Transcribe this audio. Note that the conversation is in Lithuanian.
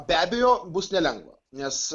be abejo bus nelengva nes